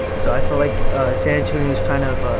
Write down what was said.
so i feel like san antonio's kind of ah